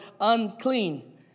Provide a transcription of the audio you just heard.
Unclean